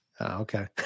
Okay